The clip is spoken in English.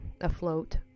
afloat